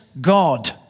God